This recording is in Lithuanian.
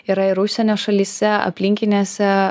yra ir užsienio šalyse aplinkinėse